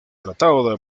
tratado